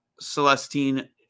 Celestine